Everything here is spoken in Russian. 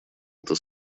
эта